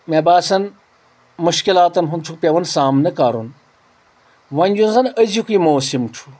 مےٚ باسان مُشکلاتن ہُنٛد چھُ پٮ۪وان سانہٕ کرُن وۄنۍ یُس زن أزیُک یہِ موسِم چھُ